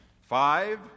Five